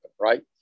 right